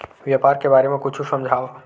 व्यापार के बारे म कुछु समझाव?